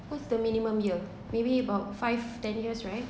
what's the minimum year maybe about five ten years right